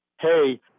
hey